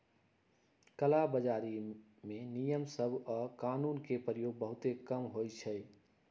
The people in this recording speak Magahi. कला बजारी में नियम सभ आऽ कानून के प्रयोग बहुते कम होइ छइ